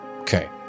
Okay